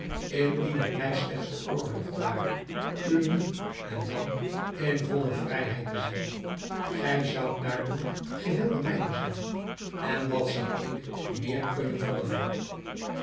indien het mij slechts veroorloofd ware u nu en dan in volle vrijheid te zien gij zoudt daardoor geheel de mijne zijn en wat zou ik meer kunnen verlangen